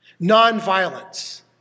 nonviolence